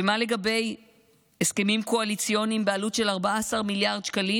ומה לגבי הסכמים קואליציוניים בעלות של 14 מיליארד שקלים?